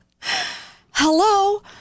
Hello